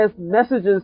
messages